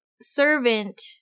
servant